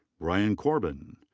bryan corbin.